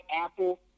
Apple